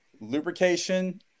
lubrication